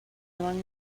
among